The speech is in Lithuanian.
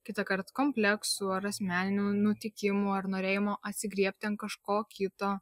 kitąkart kompleksų ar asmeninių nutikimų ar norėjimo atsigriebti ant kažko kito